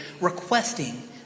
requesting